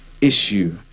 issue